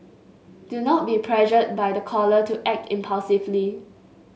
do not be pressured by the caller to act impulsively